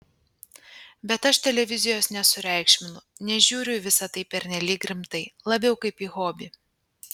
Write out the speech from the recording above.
bet aš televizijos nesureikšminu nežiūriu į visa tai pernelyg rimtai labiau kaip į hobį